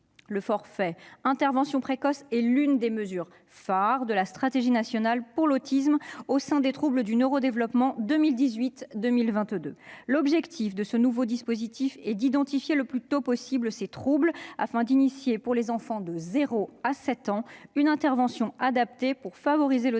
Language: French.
Le forfait « intervention précoce » est l'une des mesures phares de la Stratégie nationale pour l'autisme au sein des troubles du neuro-développement pour la période 2018-2022. L'objectif de ce nouveau dispositif est d'identifier le plus tôt possible ces troubles afin de mettre en place pour les enfants de 0 à 7 ans une intervention adaptée afin de favoriser leur développement et de